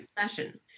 session